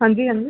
ਹਾਂਜੀ ਹਾਂਜੀ